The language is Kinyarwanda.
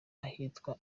ahitwa